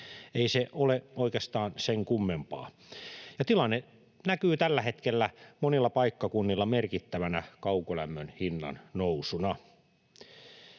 Ei se ole oikeastaan sen kummempaa, ja tilanne näkyy tällä hetkellä monilla paikkakunnilla merkittävänä kaukolämmön hinnannousuna.